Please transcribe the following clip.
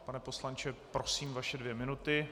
Pane poslanče, prosím vaše dvě minuty.